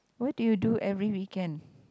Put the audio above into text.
what do you do every weekend